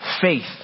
faith